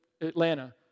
Atlanta